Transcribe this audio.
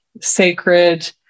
sacred